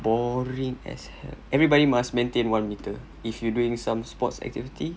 boring as hell everybody must maintain one meter if you doing some sports activity